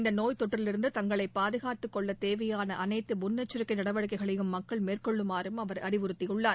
இந்த நோய் தொற்றிலிருந்து தங்களை பாதுகாத்துக் கொள்ள தோவையான அனைத்து முன்னெச்சரிக்கை நடவடிக்கைகளையும் மக்கள் மேற்கொள்றுமாறும் அவர் அறிவுறுத்தியுள்ளார்